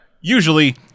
usually